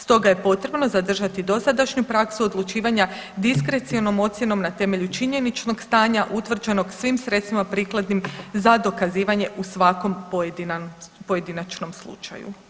Stoga je potrebno zadržati dosadašnju praksu odlučivanja diskrecionom ocjenom na temelju činjeničnog stanja utvrđenog svim sredstvima prikladnim za dokazivanje u svakom pojedinačnom slučaju.